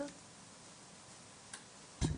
ליאת, בבקשה.